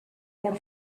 mor